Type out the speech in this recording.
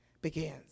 begins